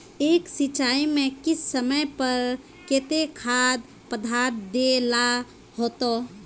एक सिंचाई में किस समय पर केते खाद पदार्थ दे ला होते?